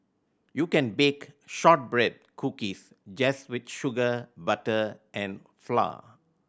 you can bake shortbread cookies just with sugar butter and flour